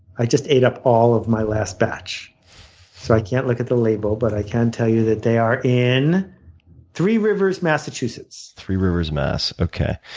i just ate up all of my last batch so i can't look at the label but i can tell you that they are in three rivers, massachusetts. three rivers, mass, okay.